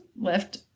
left